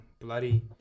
bloody